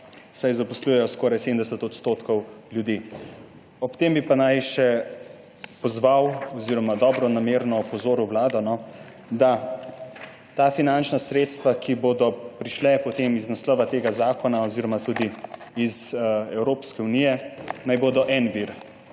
saj zaposlujejo skoraj 70 % ljudi. Ob tem bi pa naj še pozval oziroma dobronamerno opozoril Vlado, da naj bodo ta finančna sredstva, ki bodo prišla potem iz naslova tega zakona oziroma tudi iz Evropske unije, en vir